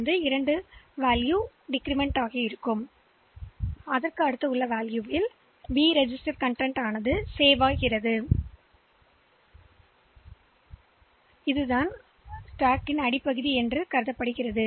எனவே இது அடுக்கின் அடிப்பகுதி ஸ்டாக் சுட்டிக்காட்டி இங்கே சுட்டிக்காட்டுகிறது